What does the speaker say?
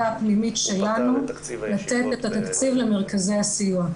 הפנימית שלנו לתת את התקציב למרכזי הסיוע.